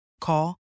Call